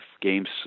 games